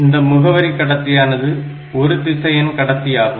இந்த முகவரி கடத்தியானது ஒரு திசையன் கடத்தி ஆகும்